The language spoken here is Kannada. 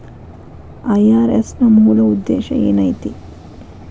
ಐ.ಆರ್.ಎಸ್ ನ ಮೂಲ್ ಉದ್ದೇಶ ಏನೈತಿ?